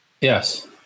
yes